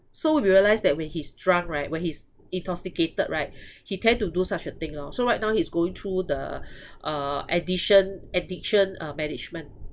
so we realised that when he's drunk right when he's intoxicated right he tend to do such a thing lor so right now he's going through the uh addition addiction uh management